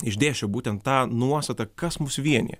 išdėsčiau būtent tą nuostatą kas mus vienija